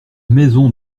maison